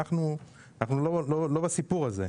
ואנחנו לא בסיפור הזה.